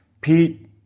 Pete